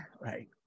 Right